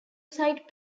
side